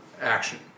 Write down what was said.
action